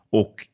och